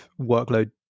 workload